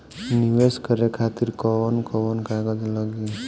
नीवेश करे खातिर कवन कवन कागज लागि?